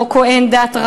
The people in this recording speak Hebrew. או כוהן דת,